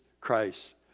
Christ